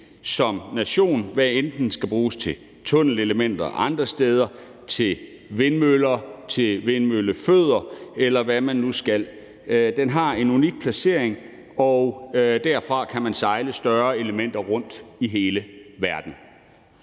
som nation, hvad enten den skal bruges til at lave tunnelelementer andre steder, vindmøller, vindmøllefødder, eller hvad man nu skal. Den har en unik placering, og derfra kan man sejle større elementer rundt i hele verden.